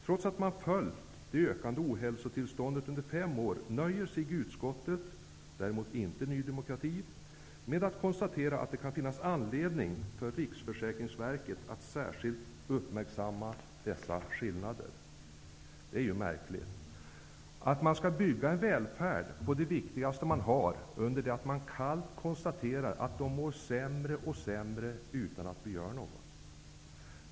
Trots att man har följt det ökande ohälsotillståndet under fem år nöjer sig utskottet, däremot inte Ny demokrati, med att konstatera att det kan finnas anledning för Riksförsäkringsverket att särskilt uppmärksamma dessa skillnader. Det är märkligt att man skall bygga en välfärd på det viktigaste man har under det att man kallt konstaterar att folk mår sämre och sämre utan att vi gör någonting.